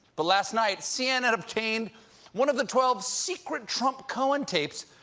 but last night, cnn obtained one of the twelve secret trump-cohen tapes,